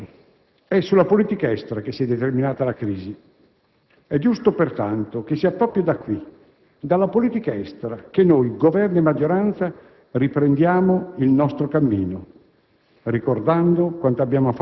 Lo scorso 21 febbraio è sulla politica estera che si è determinata la crisi. È giusto pertanto che sia proprio da qui, dalla politica estera, che noi, Governo e maggioranza, riprendiamo il nostro cammino,